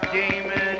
demon